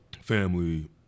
family